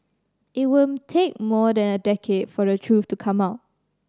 it would take more than a decade for the truth to come out